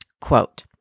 Quote